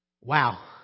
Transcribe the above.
Wow